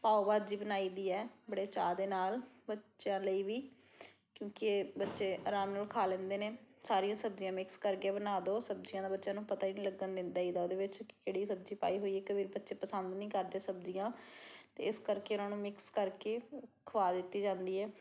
ਪਾਓ ਭਾਜੀ ਬਣਾਈ ਦੀ ਹੈ ਬੜੇ ਚਾਅ ਦੇ ਨਾਲ ਬੱਚਿਆਂ ਲਈ ਵੀ ਕਿਉਂਕਿ ਇਹ ਬੱਚੇ ਆਰਾਮ ਨਾਲ ਖਾ ਲੈਂਦੇ ਨੇ ਸਾਰੀਆਂ ਸਬਜ਼ੀਆਂ ਮਿਕਸ ਕਰਕੇ ਬਣਾ ਦਿਓ ਸਬਜ਼ੀਆਂ ਦਾ ਬੱਚਿਆਂ ਨੂੰ ਪਤਾ ਹੀ ਨਹੀਂ ਲੱਗਣ ਦੇ ਦੇਈਦਾ ਉਹਦੇ ਵਿੱਚ ਕਿਹੜੀ ਸਬਜ਼ੀ ਪਾਈ ਹੋਈ ਆ ਕਈ ਵਾਰ ਬੱਚੇ ਪਸੰਦ ਨਹੀਂ ਕਰਦੇ ਸਬਜ਼ੀਆਂ ਤਾਂ ਇਸ ਕਰਕੇ ਇਹਨਾਂ ਨੂੰ ਮਿਕਸ ਕਰਕੇ ਖਵਾ ਦਿੱਤੀ ਜਾਂਦੀ ਹੈ